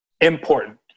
important